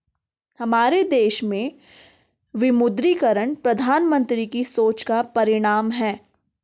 हमारे देश में विमुद्रीकरण प्रधानमन्त्री की सोच का परिणाम है